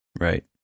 Right